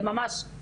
זה ממש מצב מלחמה.